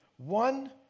One